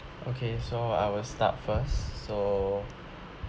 okay so I will start first so